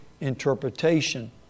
interpretation